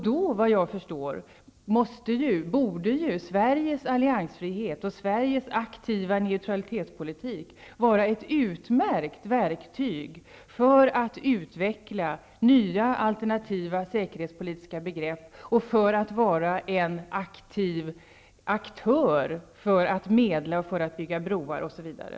Såvitt jag förstår borde Sveriges alliansfrihet och aktiva neutralitetspolitik i ett sådant läge vara ett utmärkt verktyg för att utveckla nya alternativa säkerhetspolitiska begrepp och göra det möjligt för Sverige att vara en aktiv aktör när det gäller att medla och bygga broar osv.